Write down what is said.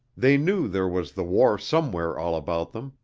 they knew there was the war somewhere all about them,